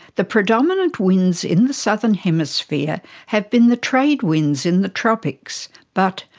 the predominant winds in the southern hemisphere have been the trade winds in the tropics but,